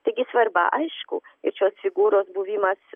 taigi svarba aišku ir šios figūros buvimas